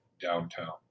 downtown